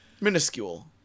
Minuscule